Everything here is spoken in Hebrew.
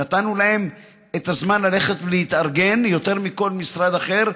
נתנו להם את הזמן ללכת ולהתארגן יותר מכל משרד אחר.